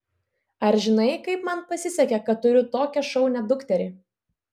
ar žinai kaip man pasisekė kad turiu tokią šaunią dukterį